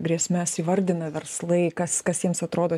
grėsmes įvardina verslai kas kas jiems atrodo